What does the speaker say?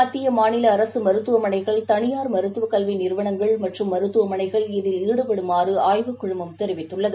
மத்தியமாநிலஅரசுமருத்துவமனைகள் தளியார் மருத்துவகல்விநிறுவனங்கள் மற்றம் மருத்துவமனைகள் இதில் ஈடுபடுமாறுஆய்வுக் கழகம் தெரிவித்துள்ளது